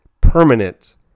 permanent